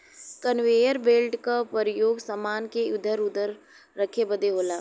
conveyor belt क परयोग समान के इधर उधर रखे बदे होला